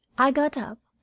i got up,